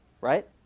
right